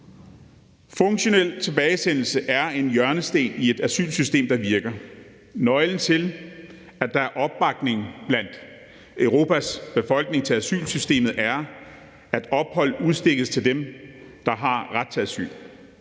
funktionel tilbagesendelse er en hjørnesten i et asylsystem, der virker, og nøglen til, at der er opbakning blandt Europas befolkninger til asylsystemet, er, at en opholdstilladelse udstikkes til dem, der har ret til asyl.